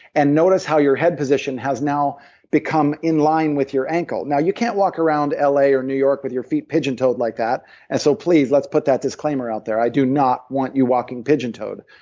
and notice how your head position has now become in line with your ankle now you can't walk around ah la or new york with your feet pigeon toed like that and so please, let's put that disclaimer out there, i do not want you walking pigeon toed.